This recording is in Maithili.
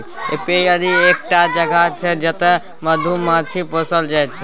एपीयरी एकटा जगह छै जतय मधुमाछी पोसल जाइ छै